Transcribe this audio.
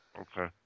okay